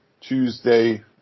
Tuesday